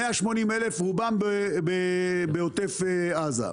180,000 דונם, רובם בעוטף עזה.